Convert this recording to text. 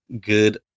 good